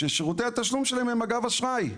ששירותי התשלום שלהם הם אגב אשראי.